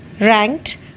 ranked